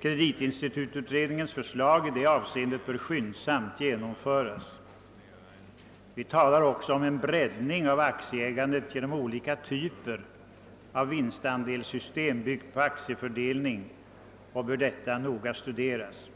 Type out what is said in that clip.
Kreditinstitututredningens förslag i detta avseende bör skyndsamt genomföras. Vi talar också om en breddning av aktieägandet genom olika typer av vinstandelssystem, byggt på aktiefördelning, vilket bör studeras.